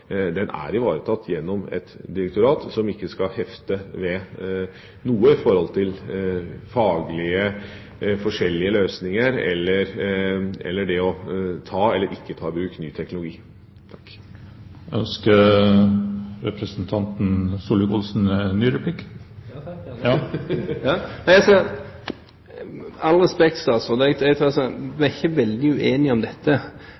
er ivaretatt gjennom et direktorat som ikke skal hefte ved noe med tanke på faglig forskjellige løsninger eller det å ta eller ikke ta i bruk ny teknologi. Ønsker representanten Solvik-Olsen en ny replikk? Ja takk! Med all respekt, vi er ikke veldig uenige om dette.